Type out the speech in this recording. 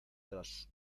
tras